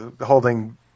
holding